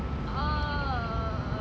err